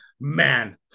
Man